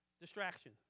distraction